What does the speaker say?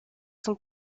son